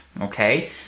Okay